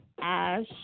Ash